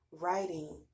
writing